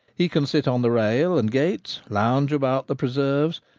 he can sit on the rails and gates, lounge about the preserves,